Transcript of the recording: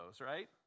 right